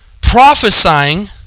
prophesying